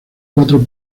cuatro